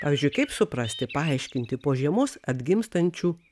pavyzdžiui kaip suprasti paaiškinti po žiemos atgimstančių